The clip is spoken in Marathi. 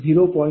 40 MW0